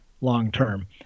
long-term